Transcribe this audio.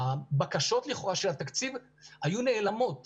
הבקשות לכאורה של הגדלות התקציב היו נעלמות